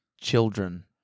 children